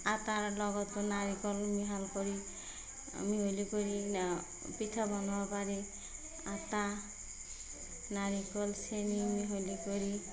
আটাৰ লগতো নাৰিকল মিহাল কৰি মিহলি কৰি পিঠা বনাব পাৰি আটা নাৰিকল চেনি মিহলি কৰি